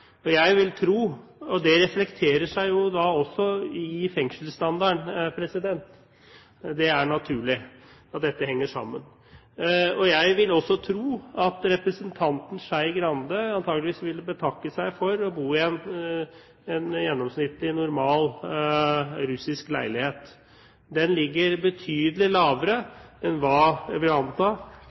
sammen. Jeg vil tro at representanten Skei Grande antageligvis ville betakke seg for å bo i en gjennomsnittlig, normal russisk leilighet. Den ligger på et betydelig lavere nivå enn det boligforholdet jeg vil anta